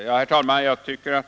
Herr talman!